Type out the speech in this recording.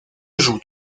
joue